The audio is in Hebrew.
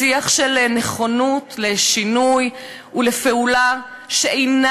שיח של נכונות לשינוי ולפעולה שאינה